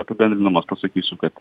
apibendrindamas pasakysiu kad